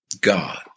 God